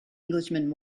englishman